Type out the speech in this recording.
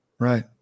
Right